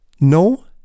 No